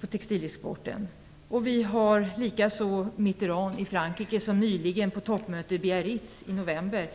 På toppmöte i Biarritz i november